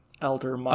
elder